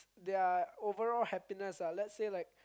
their overall happiness lah let's say like